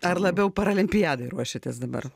ar labiau paralimpiadai ruošiatės dabar